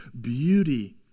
beauty